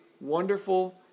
Wonderful